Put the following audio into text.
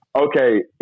Okay